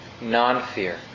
non-fear